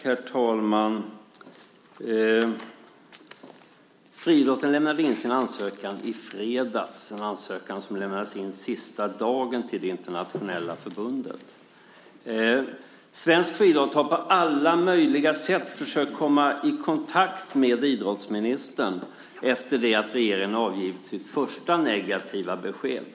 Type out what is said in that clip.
Herr talman! Friidrottsförbundet lämnade in sin ansökan i fredags till det internationella förbundet. Det var sista dagen. Svensk friidrott har på alla möjliga sätt försökt komma i kontakt med idrottsministern efter det att regeringen hade gett sitt första negativa besked.